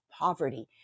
poverty